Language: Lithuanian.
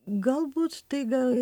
galbūt tai gal